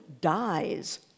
dies